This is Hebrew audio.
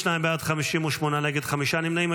52 בעד, 58 נגד, חמישה נמנעים.